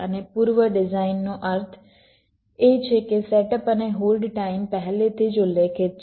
અને પૂર્વ ડિઝાઇનનો અર્થ એ છે કે સેટઅપ અને હોલ્ડ ટાઈમ પહેલેથી જ ઉલ્લેખિત છે